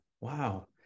wow